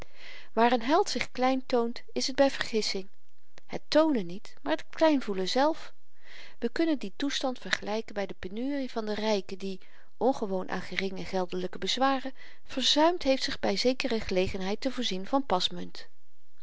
waar n held zich klein toont is t by vergissing het toonen niet maar t klein voelen zelf we kunnen dien toestand vergelyken by de penurie van den ryke die ongewoon aan geringe geldelyke bezwaren verzuimd heeft zich by zekere gelegenheid te voorzien van pasmunt